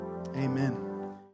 Amen